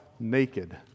naked